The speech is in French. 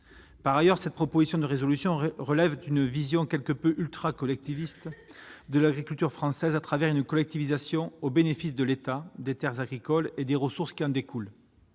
Par ailleurs, cette proposition de résolution relève d'une vision ultra-collectiviste de l'agriculture française, en prévoyant une forme de collectivisation au bénéfice de l'État de terres agricoles et des ressources qui leur sont